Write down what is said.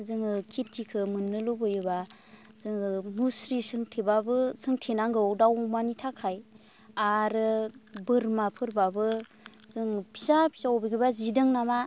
जोङो खेथिखौ मोननो लुबैयोबा जोङो मुस्रि सोंथेबाबो सोंथेनांगौ दाउ अमानि थाखाय आरो बोरमाफोरबाबो जों फिसा फिसौ बोजोंबा जिदों नामा